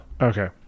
Okay